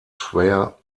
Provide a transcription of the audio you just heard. schwer